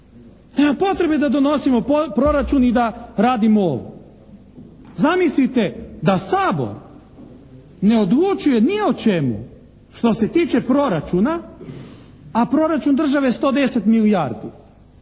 Nema potrebe da donosimo proračun i da radimo. Zamislite da Sabor ne odlučuje ni o čemu što se tiče proračuna a proračun države je 110 milijardi.